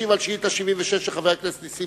1. כמה מקרים של מות חסרי בית אירעו בחמש השנים האחרונות?